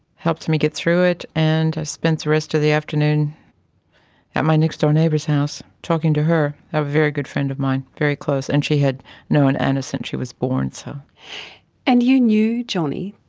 helped me get through it and i spent the rest of the afternoon at my next-door neighbour's house talking to her, a very good friend of mine, very close, and she had known anna since she was born. born. so and you knew johnny?